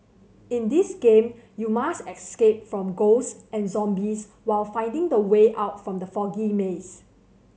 in this game you must escape from ghosts and zombies while finding the way out from the foggy maze